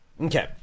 Okay